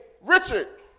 Richard